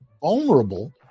vulnerable